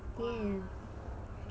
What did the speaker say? mm